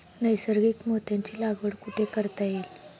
नैसर्गिक मोत्यांची लागवड कुठे करता येईल?